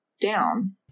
down